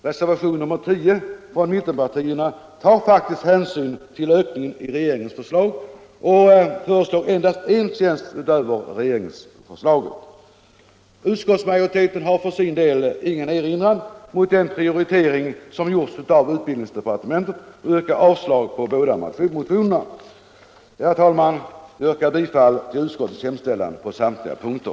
Reservationen 10 från mittenpartierna tar faktiskt hänsyn till ökningen i regeringens förslag och föreslår endast en tjänst utöver regeringsförslaget. Utskottsmajoriteten har för sin del ingen erinran mot den prioritering som gjorts av utbildningsdepartementet och yrkar avslag på båda motionerna. Herr talman! Jag yrkar bifall till utskottets hemställan på samtliga punkter.